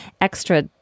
extra